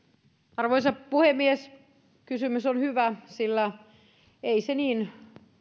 arvoisa puhemies kysymys on hyvä sillä ei se niin